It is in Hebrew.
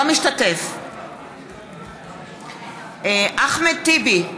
משתתף בהצבעה אחמד טיבי,